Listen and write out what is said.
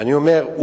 ואני אומר,